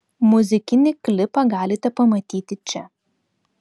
muzikinį klipą galite pamatyti čia